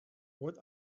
what